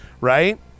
right